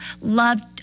loved